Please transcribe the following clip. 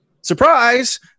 Surprise